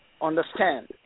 understand